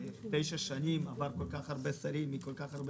במשך תשע שנים הוא עבר כל כך הרבה שרים מכל כך הרבה